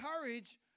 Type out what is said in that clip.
courage